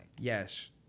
Yes